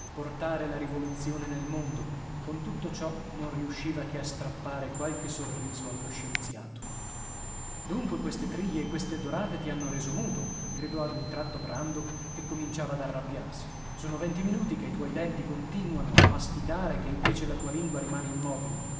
portare la rivoluzione nel mondo con tutto ciò non riusciva che a strappare qualche sorriso allo scienziato dunque queste triglie e queste dorate ti hanno reso muto gridò ad un tratto brandok che cominciava ad arrabbiarsi sono venti minuti che i tuoi denti continuano a masticare e che invece la tua lingua rimane immobile